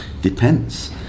Depends